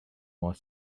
more